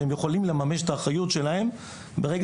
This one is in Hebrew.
שהם יכולים לממש את האחריות שלהם ברגע